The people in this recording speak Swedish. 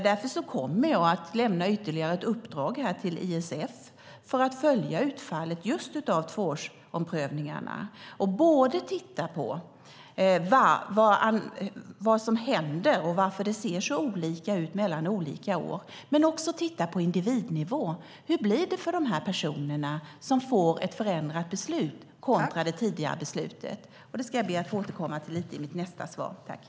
Därför kommer jag att lämna ytterligare ett uppdrag till ISF för att följa utfallet just av tvåårsomprövningarna och både titta på vad som händer och varför det ser så olika ut mellan olika år och titta på individnivå: Hur blir det för de personer som får ett förändrat beslut kontra det tidigare beslutet? Det ber jag att i nästa inlägg lite grann få återkomma till.